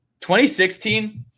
2016